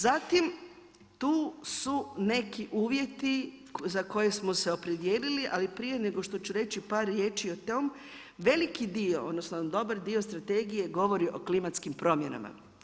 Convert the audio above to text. Zatim tu su neki uvjeti za koje smo se opredijelili ali prije nego što su reći par riječi o tome, veliki dio, odnosno dobar dio strategije govori o klimatskim promjenama.